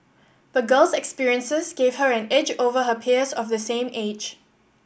the girl's experiences gave her an edge over her peers of the same age